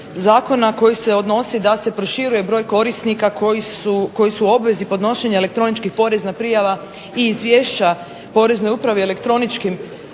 zakona koji se odnosi da se proširuje broj obveznika koji su u obvezi podnošenja elektroničkih poreznih prijava i izvješća Poreznoj upravi elektroničkim